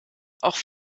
auch